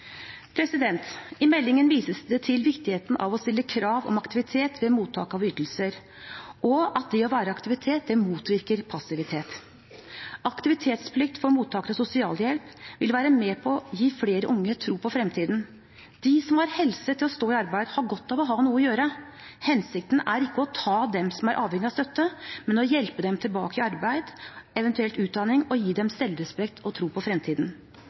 I meldingen vises det til viktigheten av å stille krav om aktivitet ved mottak av ytelser, og at det å være i aktivitet motvirker passivitet. Aktivitetsplikt for mottakere av sosialhjelp vil være med på å gi flere unge tro på fremtiden. De som har helse til å stå i arbeid, har godt av å ha noe å gjøre. Hensikten er ikke å ta dem som er avhengig av støtte, men å hjelpe dem tilbake i arbeid, eventuelt i utdanning, og gi dem selvrespekt og tro på fremtiden.